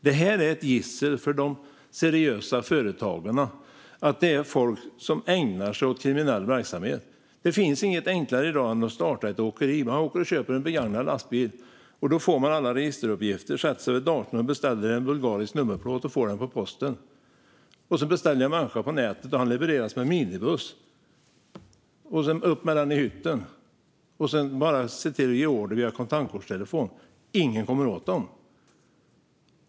Det är ett gissel för de seriösa företagarna att det finns folk som ägnar sig åt kriminell verksamhet. Det finns inget enklare i dag än att starta åkeri. Man åker och köper en begagnad lastbil. Då får man alla registeruppgifter, sätter sig vid datorn och beställer en bulgarisk nummerplåt och får den med posten. Man beställer en människa på nätet som levereras med en minibuss. Sedan är det bara upp med den i hytten. Det är bara att ge order via en kontantkortstelefon. Ingen kommer åt dem.